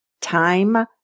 Time